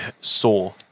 saw